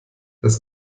das